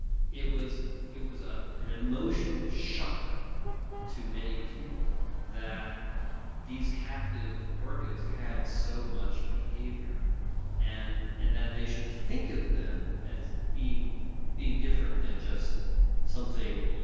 it was it was ah an emotional shock to many people that these captive orcas had so much behavior and and that they should think of them as being being different than just something,